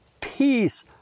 peace